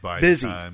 busy